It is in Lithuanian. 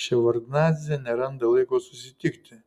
ševardnadzė neranda laiko susitikti